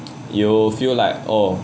you feel like oh